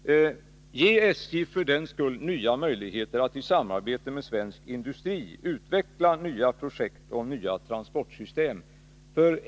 Ge SJ nya möjligheter att i samarbete med svensk industri utveckla nya projekt och nya transportsystem!